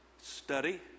Study